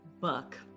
buck